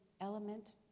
element